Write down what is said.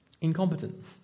incompetent